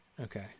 Okay